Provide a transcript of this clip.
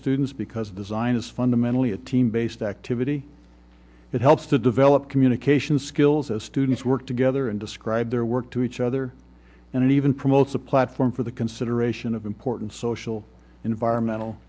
students because design is fundamentally a team based activity it helps to develop communication skills as students work together and describe their work to each other and even most a platform for the consideration of important social environmental